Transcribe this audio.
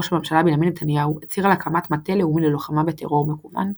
ראש הממשלה בנימין נתניהו הצהיר על הקמת מטה לאומי ללוחמה בטרור מקוון,